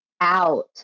out